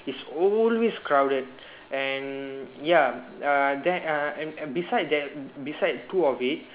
is always crowded and ya uh then uh and and beside there beside two of it